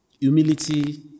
Humility